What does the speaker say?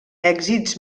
èxits